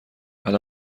علی